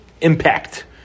impact